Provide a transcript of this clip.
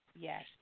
Yes